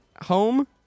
home